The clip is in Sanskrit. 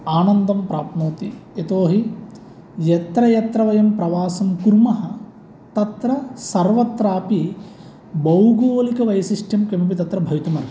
आनन्दं प्राप्नोति यतोहि यत्र यत्र वयं प्रवासं कुर्मः तत्र सर्वत्रापि बौगोलिकवैशिष्ट्यं किमपि तत्र भवितुम् अर्हति